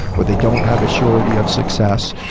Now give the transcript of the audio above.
where they don't have a surety of success.